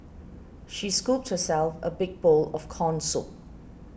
she scooped herself a big bowl of Corn Soup